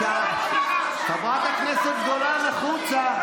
חברת הכנסת גולן, החוצה.